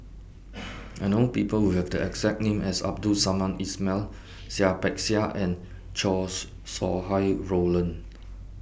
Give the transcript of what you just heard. I know People Who Have The exact name as Abdul Samad Ismail Seah Peck Seah and Chow Sau Hai Roland